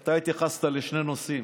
אתה התייחסת לשני נושאים,